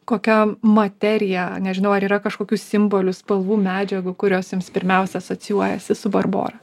kokiom materija nežinau ar yra kažkokių simbolių spalvų medžiagų kurios jums pirmiausia asocijuojasi su barbora